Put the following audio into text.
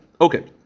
okay